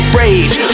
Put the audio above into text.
rage